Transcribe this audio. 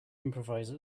improvise